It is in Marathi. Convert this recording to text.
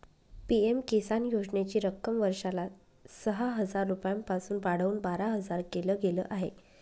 पी.एम किसान योजनेची रक्कम वर्षाला सहा हजार रुपयांपासून वाढवून बारा हजार केल गेलं आहे